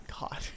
god